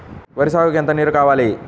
వరి సాగుకు ఎంత నీరు కావాలి?